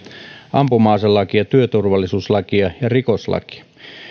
ampuma aselakia työturvallisuuslakia ja rikoslakia